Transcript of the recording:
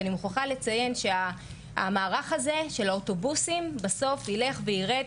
ואני מוכרחה לציין שהמערך הזה של האוטובוסים בסוף ילך וירד,